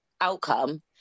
outcome